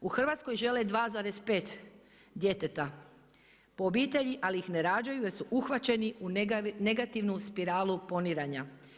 U Hrvatskoj žele 2,5 djeteta po obitelji, ali ih ne rađaju jer su uhvaćeni u negativnu spiralu poniranja.